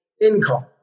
income